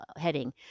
heading